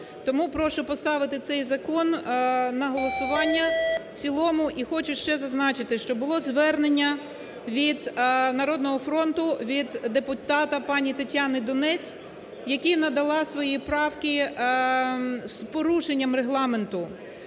Тому прошу поставити цей закон на голосування в цілому. І хочу ще зазначити. Що було звернення від "Народного фронту", від депутата пані Тетяни Донець, яка надала свої правки з порушенням регламенту.